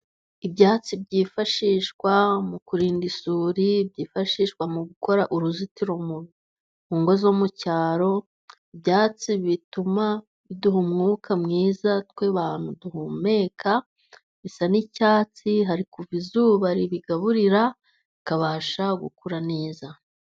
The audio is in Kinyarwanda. Ibyatsi byifashishwa mu kurinda isuri, byifashishwa mu gukora uruzitiro mu ngo zo mu cyaro, ibyatsi bituma biduha umwuka mwiza abantu duhumeka bisa n'icyatsi . Hari kuva izuba ribigaburira bikabasha gukura neza.